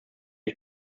ich